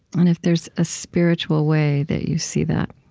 and if there's a spiritual way that you see that?